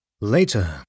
Later